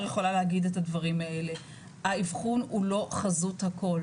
המעטפת היא באמת מעטפת הרבה יותר רחבה,